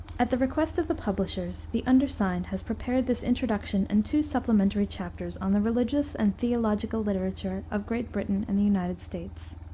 at the request of the publishers the undersigned has prepared this introduction and two supplementary chapters on the religious and theological literature of great britain and the united states.